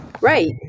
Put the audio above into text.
Right